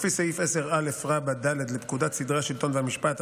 לפי סעיף 10א(ד) לפקודת סדרי השלטון והמשפט,